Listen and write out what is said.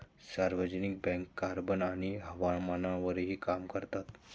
सार्वजनिक bank carbon आणि हवामानावरही काम करतात